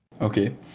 Okay